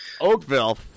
oakville